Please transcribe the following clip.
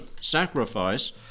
sacrifice